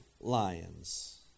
lions